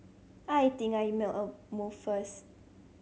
I think I make a move first